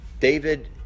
David